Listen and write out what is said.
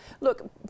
look